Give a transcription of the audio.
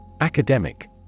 Academic